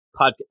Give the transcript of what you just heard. podcast